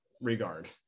regard